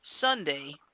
Sunday